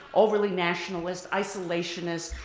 overly nationalist, isolationist,